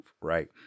right